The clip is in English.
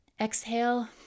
exhale